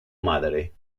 madre